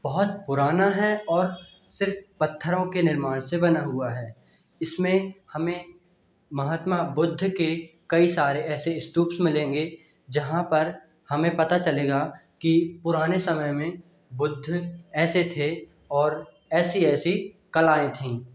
बहुत पुराना है और सिर्फ पत्थरों के निर्माण से बना हुआ है इसमें हमें महात्मा बुद्ध के कई सारे ऐसे स्तुप्स मिलेंगे जहाँ पर हमें पता चलेगा कि पुराने समय में बुद्ध ऐसे थे और ऐसी ऐसी कलाएँ थीं